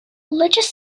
religious